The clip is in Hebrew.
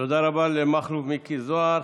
תודה רבה למכלוף מיקי זוהר.